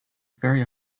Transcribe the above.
very